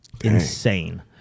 Insane